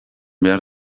behar